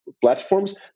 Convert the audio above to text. platforms